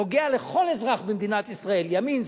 נוגע לכל אזרח במדינת ישראל: ימין,